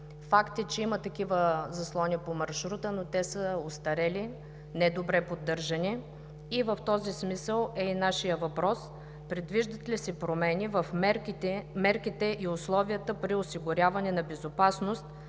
Факт е, че има такива заслони по маршрута, но те са остарели и недобре поддържани. В този смисъл е и нашият въпрос: предвиждат ли се промени в мерките и условията при осигуряване на безопасност